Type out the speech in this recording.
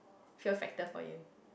fear factor for you